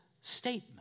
statement